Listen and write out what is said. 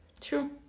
True